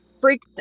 freaked